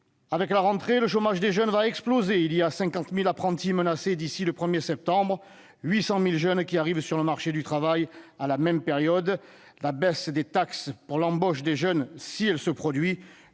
! À la rentrée, le chômage des jeunes va exploser : 50 000 apprentis sont menacés d'ici au 1 septembre, et 800 000 jeunes arriveront sur le marché du travail à la même période. La baisse des taxes pour l'embauche des jeunes, si elle se produit,